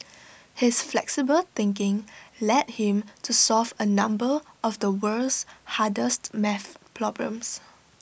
his flexible thinking led him to solve A number of the world's hardest maths problems